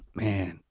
man,